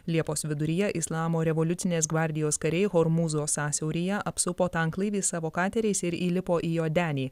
liepos viduryje islamo revoliucinės gvardijos kariai hormūzo sąsiauryje apsupo tanklaivį savo kateriais ir įlipo į jo denį